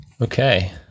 Okay